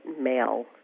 male